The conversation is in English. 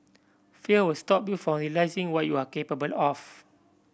fear will stop you from realising what you are capable of